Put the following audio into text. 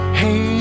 hey